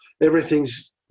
everything's